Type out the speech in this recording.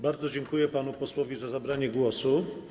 Bardzo dziękuję panu posłowi za zabranie głosu.